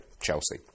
Chelsea